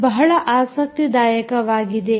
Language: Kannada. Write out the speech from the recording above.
ಇದು ಬಹಳ ಆಸಕ್ತಿದಾಯಕವಾಗಿದೆ